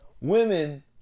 Women